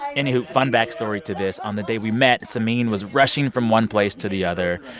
anywho fun backstory to this on the day we met, samin was rushing from one place to the other.